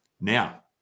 Now